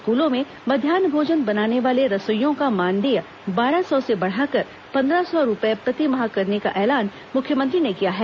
स्कूलों में मध्याह भोजन बनाने वाले रसोइयों का मानदेय बारह सौ से बढ़ाकर पंद्रह सौ रुपये प्रतिमाह करने का ऐलान मुख्यमंत्री ने किया है